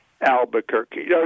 Albuquerque